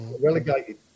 relegated